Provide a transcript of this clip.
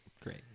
Great